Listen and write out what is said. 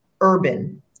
urban